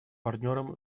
партнером